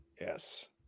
yes